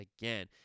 again